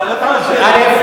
מתחיל לעניין...